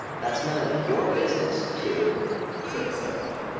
that's none of your business, two said seven.